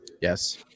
yes